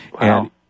Wow